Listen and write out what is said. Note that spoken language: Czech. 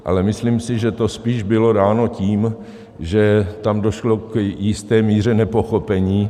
Ale myslím si, že to spíš bylo dáno tím, že tam došlo k jisté míře nepochopení.